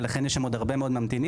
ולכן יש שם עוד הרבה מאוד ממתינים.